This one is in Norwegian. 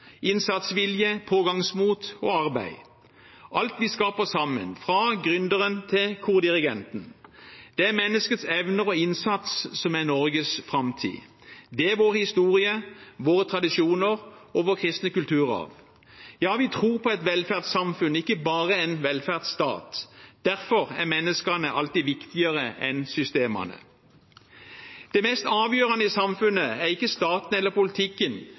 innsatsvilje, pågangsmot og arbeid – alt vi skaper sammen, fra gründeren til kordirigenten. Det er menneskets evner og innsats som er Norges framtid. Det er vår historie, våre tradisjoner og vår kristne kulturarv. Ja, vi tror på et velferdssamfunn, ikke bare en velferdsstat. Derfor er menneskene alltid viktigere enn systemene. Det mest avgjørende i samfunnet er ikke staten eller politikken,